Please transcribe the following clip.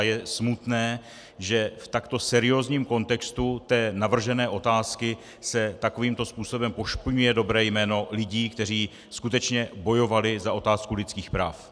Je smutné, že v takto seriózním kontextu navržené otázky se takovýmto způsobem pošpiňuje dobré jméno lidí, kteří skutečně bojovali za otázku lidských práv.